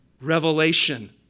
revelation